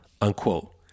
unquote